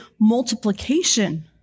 multiplication